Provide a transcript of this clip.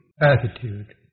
attitude